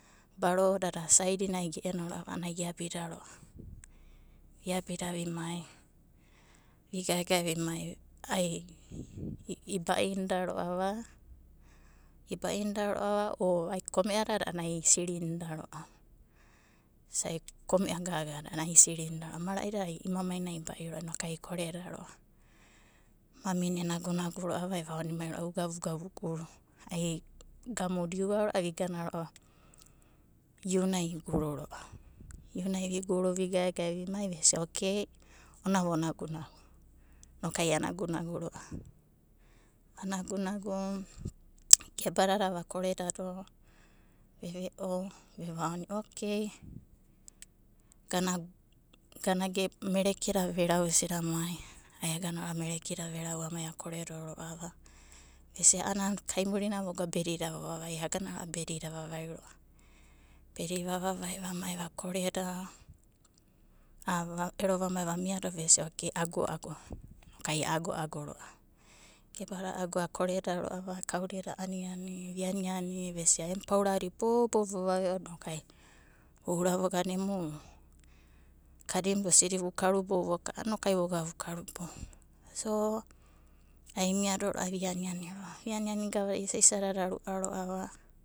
Barodada saidinai ge'enoro'ava a'adi iabi ro'ava. Viabi vimai vigaegae vimai iba'inda ro'ava o ai kome'adada ai isirinda ro'ava isai kome'a gagadada a'anai isirinda ro'ava. Mara'idada a'ana imamainai iba'inda ro'ava ai ikoreda ro'ava. Mamina enagunagu ro'ava evaonimaiva viguru. Ai gamuda iagana iunai iguru ro'ava. Iunai viguru vigaegae vimai inoku ei ono vonagunagu inokai a nagunagu ro'ava. Vanagunagu gebadadada vakore veve'o vevaono'u okei gana marekida verausida mai, ai agana averau amai akoredo ro'ava vesia a'ana kaimurinai voga bedida vovavai ai aga bedida avavai. Bedida vavavai vamai vakoreda va'ero vamai vakoreda va'ero vamai vamiado vesia okei agoago inokai agoago ro'ava. Gebada a'ago akore da ro'ava kauda eda ani vesia em paura boudadai vova ve'oda inokai voura vogana emu kadimuda osidi vakarubou voka a'anai vogana. Amiado ro'ava vianani gavada isaisadad aru'a ro'ava.